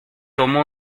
tomó